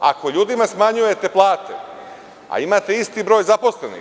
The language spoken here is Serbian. Ako ljudima smanjujete plate, a imate isti broj zaposlenih…